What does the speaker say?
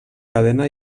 cadena